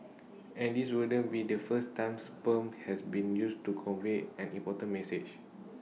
and this wouldn't be the first time sperm has been used to convey an important message